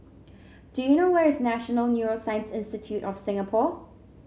do you know where is National Neuroscience Institute of Singapore